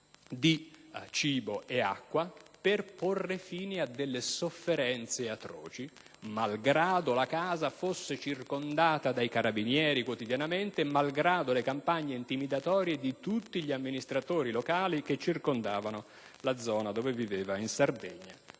di cibo e acqua, per porre fine a sofferenze atroci, malgrado la casa fosse quotidianamente circondata dai carabinieri e le campagne intimidatorie di tutti gli amministratori locali che circondavano la zona dove viveva in Sardegna.